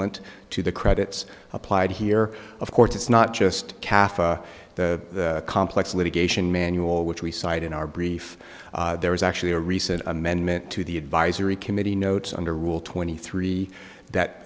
and to the credits applied here of course it's not just kathy the complex litigation manual which we cited in our brief there was actually a recent amendment to the advisory committee notes under rule twenty three that